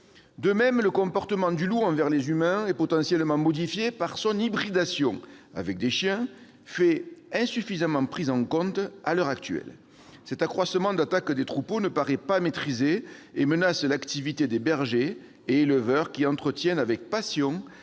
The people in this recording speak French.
De même, le comportement du loup envers les humains est potentiellement modifié par son hybridation avec des chiens, fait insuffisamment pris en compte à l'heure actuelle. Cet accroissement des attaques de troupeaux ne paraît pas maîtrisé et menace l'activité des bergers et éleveurs qui entretiennent avec passion